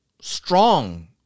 strong